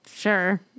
sure